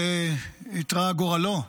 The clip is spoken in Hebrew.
ואיתרע מזלו,